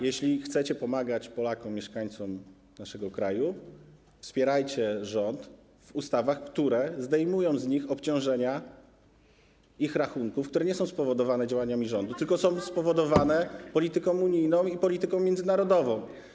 Jeśli chcecie pomagać Polakom, mieszkańcom naszego kraju, wspierajcie rząd w ustawach, które zdejmują z nich obciążenia ich rachunków, które nie są spowodowane działaniami rządu, tylko są spowodowane polityką unijną i polityką międzynarodową.